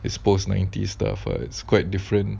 his post ninety stuff uh it's quite different